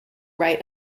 right